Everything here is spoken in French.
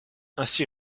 ainsi